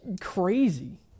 crazy